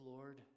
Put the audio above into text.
Lord